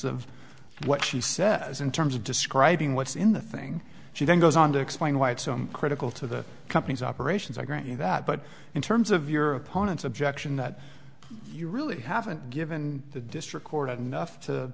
of what she says in terms of describing what's in the thing she then goes on to explain why it's so critical to the company's operations i grant you that but in terms of your opponents objection that you really haven't given the district court enough to